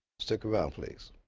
stick around, please.